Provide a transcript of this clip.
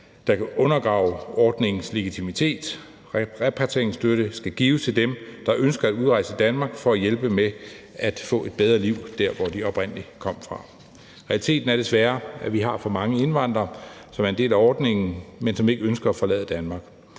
kan undergrave ordningens legitimitet. Repatrieringsstøtte skal gives til dem, der ønsker at udrejse af Danmark, for at hjælpe med at få et bedre liv der, hvor de oprindelig kom fra. Realiteten er desværre, at vi har for mange indvandrere, som er en del af ordningen, men som ikke ønsker at forlade Danmark.